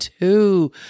two